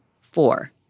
Four